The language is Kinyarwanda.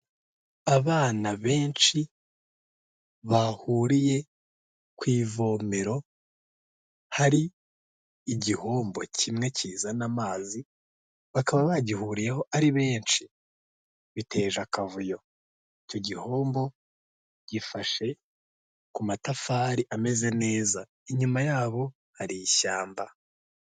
Abana benshi bahuriye ku ivomero, hari igihombo kimwe kizana amazi, bakaba bagihuriyeho ari benshi biteje akavuyo, icyo gihombo gifashe ku matafari ameze neza, inyuma yabo hari ishyamba.